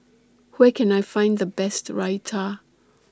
Where Can I Find The Best Raita